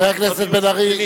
חבר הכנסת בן-ארי,